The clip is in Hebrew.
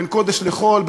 בין קודש לחול,